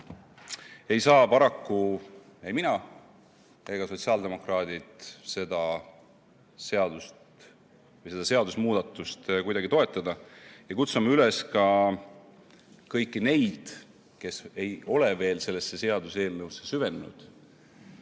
ei saa paraku ei mina ega teised sotsiaaldemokraadid seda seadusemuudatust kuidagi toetada. Kutsume üles ka kõiki neid, kes ei ole veel sellesse seaduseelnõusse süvenenud,